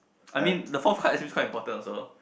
I mean the fourth card is actually quite important also